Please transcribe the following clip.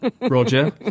Roger